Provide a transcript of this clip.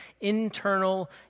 internal